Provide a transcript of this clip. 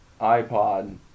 iPod